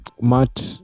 Matt